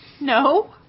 No